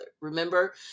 Remember